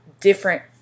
different